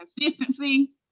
consistency